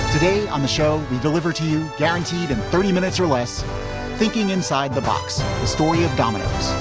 today on the show, we deliver to you guaranteed, and thirty minutes or less thinking inside the box. the story of dominique.